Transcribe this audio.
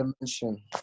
dimension